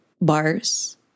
bars